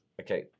Okay